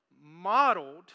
modeled